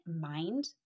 mind